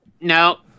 no